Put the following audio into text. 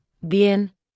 Bien